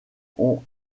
ont